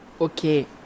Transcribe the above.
Okay